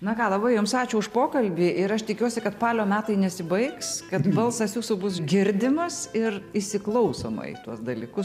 na ką labai jums ačiū už pokalbį ir aš tikiuosi kad palio metai nesibaigs kad balsas jūsų bus girdimas ir įsiklausoma į tuos dalykus